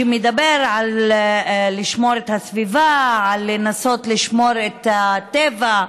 שמדבר על לשמור את הסביבה ועל לנסות לשמור את הטבע.